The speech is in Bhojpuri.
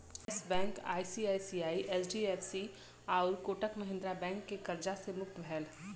येस बैंक आई.सी.आइ.सी.आइ, एच.डी.एफ.सी आउर कोटक महिंद्रा बैंक के कर्जा से मुक्त भयल